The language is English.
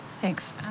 Thanks